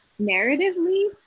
narratively